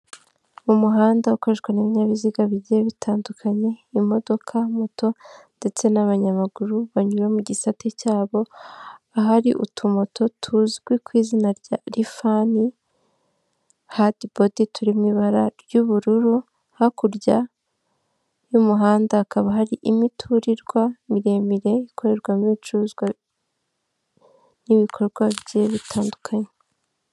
Umuhanda ukoreshwa n'ibinyabiziga bigiye bitandukanye, imodoka, moto ndetse n'abanyamaguru banyura mu gisate cyabo ahari utumoto tuzwi ku izina rya rifani hadibodi turi mu ibara ry'ubururu, hakurya y'umuhanda hakaba hari imiturirwa miremire ikorerwamo ubicuruzwa n'ibikorwa bigiye bitandukanye.